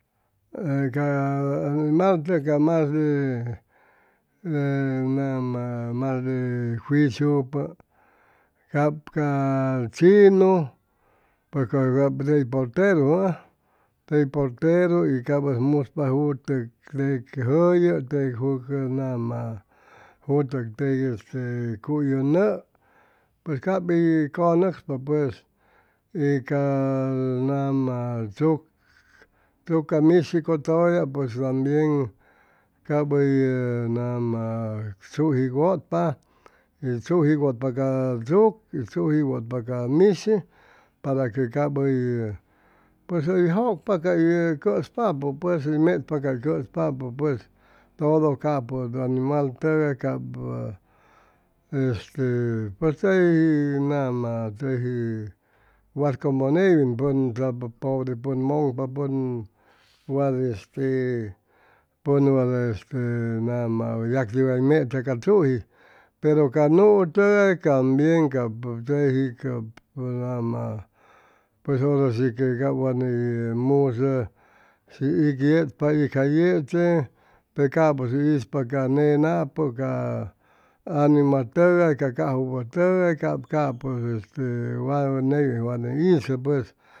Ca majde juiciupu cap ca chinu porqe cap tey porteru jʉa tey porteru y ap ʉy muspa jutʉk jʉllu jutʉk tec este cuy ʉnʉ pues cay hʉy cʉnʉcspa pues y ca nama chukca mishi cʉtʉya tambien cap hʉy nama tzuji wʉtp y tzuji wʉtpa ca chuk y tzuji wʉtpa ca mishi para que cap hʉy pues hʉy jʉcpa cay cʉspapʉ pues hʉy mechpa cay cʉspapʉ pues todo capʉg animaltʉgay capʉ este pues tey nama teji wat como neywin pʉn pobre pʉn mʉŋpa pʉn wat este pʉn wat este nama yacti way mecha a tzuji pero ca nuu tʉgay tambien cap teji ca nama pues hora si que cap wa ni musʉ shi ig yechpa ig jay yeche pe capʉs hʉy ispa ca nenapʉ ca animatʉgay ca cakwʉpʉtʉgay cap capʉ este wat neywin wa ni isʉ pues